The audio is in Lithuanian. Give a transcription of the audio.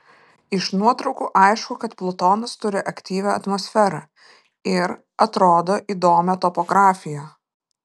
iš nuotraukų aišku kad plutonas turi aktyvią atmosferą ir atrodo įdomią topografiją